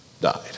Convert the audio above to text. died